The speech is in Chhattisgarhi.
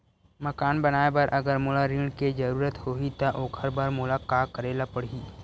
मकान बनाये बर अगर मोला ऋण के जरूरत होही त ओखर बर मोला का करे ल पड़हि?